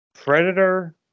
Predator